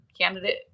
candidate